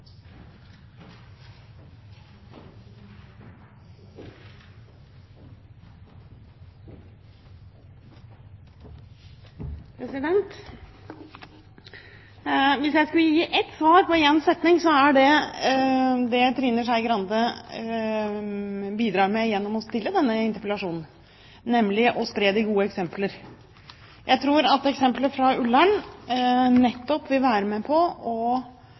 Hvis jeg skulle gi ett svar i én setning, vil det være det Trine Skei Grande bidrar til gjennom å stille denne interpellasjonen, nemlig å spre de gode eksempler. Jeg tror at eksemplet fra Ullern nettopp vil være med på å